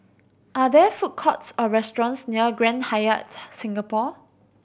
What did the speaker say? are there food courts or restaurants near Grand Hyatt Singapore